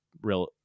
real